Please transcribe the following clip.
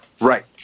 Right